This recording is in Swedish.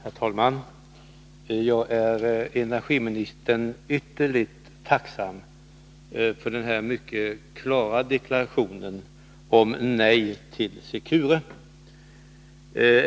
Herr talman! Jag är energiministern ytterligt tacksam för den mycket klara deklarationen om ett nej till Secure.